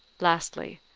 lastly,